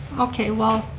okay, well,